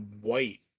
white